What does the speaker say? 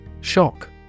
Shock